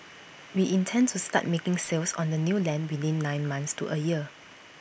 we intend to start making sales on the new land within nine months to A year